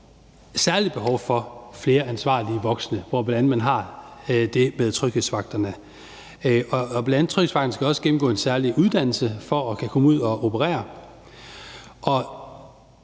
særlig er behov for flere ansvarlige voksne, og hvor man bl.a. har tryghedsvagterne. Tryghedsvagterne skal også gennemgå en særlig uddannelse for at kunne komme ud at operere,